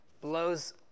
blows